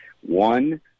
One